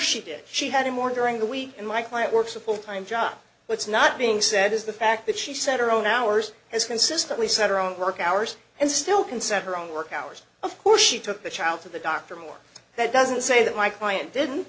she did she had him more during the week and my client works a full time job what's not being said is the fact that she set her own hours has consistently said her own work hours and still consider her own work hours of course she took the child to the doctor more that doesn't say that my client didn't